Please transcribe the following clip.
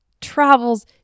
travels